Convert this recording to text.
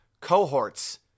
cohorts